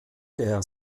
der